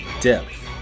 depth